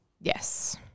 Yes